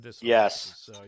Yes